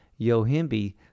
Yohimbi